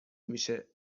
میشه